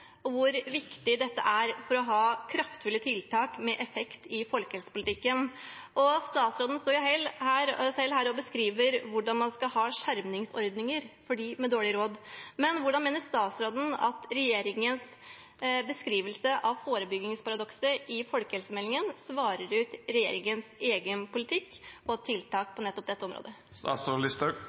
og hvor viktig dette er for å ha kraftfulle tiltak med effekt i folkehelsepolitikken. Statsråden står selv her og beskriver hvordan man skal ha skjermingsordninger for dem med dårlig råd. Men hvordan mener statsråden at regjeringens beskrivelse av forebyggingsparadokset i folkehelsemeldingen svarer til regjeringens egen politikk og egne tiltak på dette